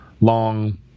long